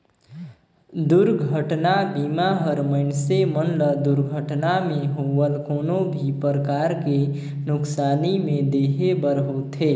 दुरघटना बीमा हर मइनसे मन ल दुरघटना मे होवल कोनो भी परकार के नुकसानी में देहे बर होथे